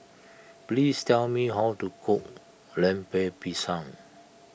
please tell me how to cook Lemper Pisang